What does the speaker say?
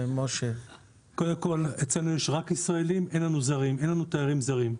אצלנו יש רק ישראלים, אין לנו תיירים זרים.